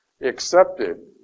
accepted